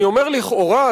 אני אומר לכאורה,